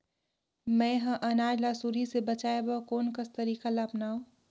मैं ह अनाज ला सुरही से बचाये बर कोन कस तरीका ला अपनाव?